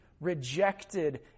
rejected